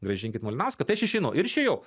grąžinkit malinauską tai aš išeinu ir išėjau